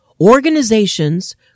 organizations